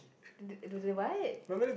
do do do they what